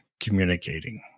communicating